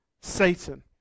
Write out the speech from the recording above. Satan